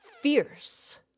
fierce